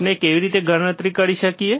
આપણે કેવી રીતે ગણતરી કરી શકીએ